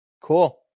Cool